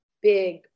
big